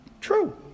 True